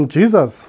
Jesus